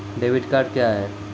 Debit card क्या हैं?